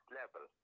level